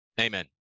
Amen